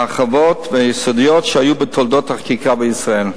מהרחבות והיסודיות שהיו בתולדות החקיקה בישראל.